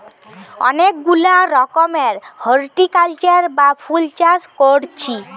অনেক গুলা রকমের হরটিকালচার বা ফুল চাষ কোরছি